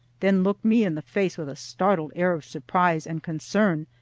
then looked me in the face with a startled air of surprise and concern,